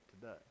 today